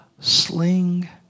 sling